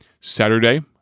Saturday